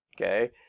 okay